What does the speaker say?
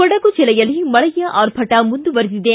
ಕೊಡಗು ಜಿಲ್ಲೆಯಲ್ಲಿ ಮಳೆಯ ಆರ್ಭಟ ಮುಂದುವರಿದಿದೆ